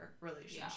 relationship